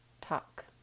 talk